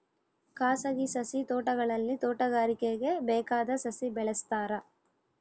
ಖಾಸಗಿ ಸಸಿ ತೋಟಗಳಲ್ಲಿ ತೋಟಗಾರಿಕೆಗೆ ಬೇಕಾದ ಸಸಿ ಬೆಳೆಸ್ತಾರ